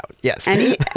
Yes